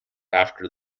after